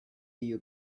you